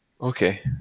Okay